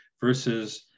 versus